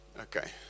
Okay